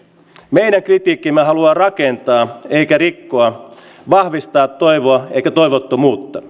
meidän kritiikkimme haluaa rakentaa eikä rikkoa vahvistaa toivoa eikä toivottomuutta